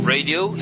Radio